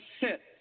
sit